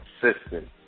consistent